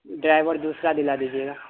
driver دوسرا دلا دیجیے گا